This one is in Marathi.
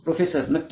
प्रोफेसर नक्कीच